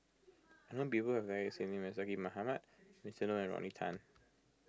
I know people who have the exact name as Zaqy Mohamad Winston Oh and Rodney Tan